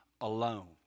alone